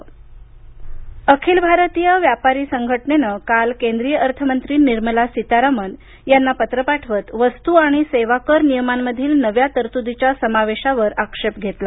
GST नियम अखिल भारतीय व्यापारी संघटनेनं काल केंद्रीय अर्थमंत्री निर्मला सीतारामन यांना पत्र पाठवत वस्तू आणि सेवा कर नियमांमधील नव्या तरतुदीच्या समावेशावर आक्षेप घेतला